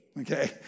okay